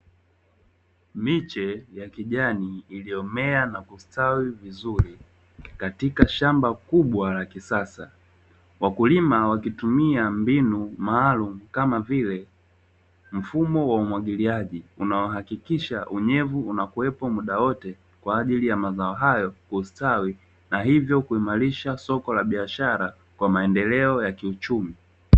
Miche ya kijani iliyomea na kustawi vizuri, katika shamba kubwa la kisasa. Wakulima wakitumia mbinu maalumu kama vile mfumo wa umwagiliaji; unaohakikisha unyevu unakuwepo muda wote, kwa ajili ya mazao hayo kustawi na hivyo kuimarisha soko la biashara kwa maendeleo ya kiuchumi.